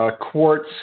quartz